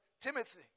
Timothy